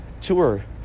tour